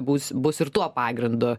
bus bus ir tuo pagrindu